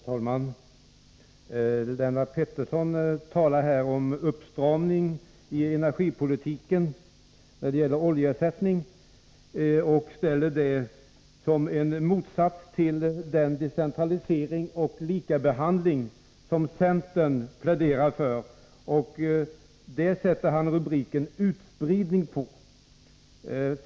Herr talman! Lennart Pettersson talar om uppstramning i energipolitiken när det gäller oljeersättning och ställer det i motsats till den decentralisering och likabehandling som centern pläderar för. Det sätter han rubriken ”utspridning” på.